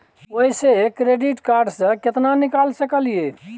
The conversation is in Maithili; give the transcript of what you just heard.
ओयसे क्रेडिट कार्ड से केतना निकाल सकलियै?